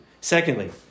Secondly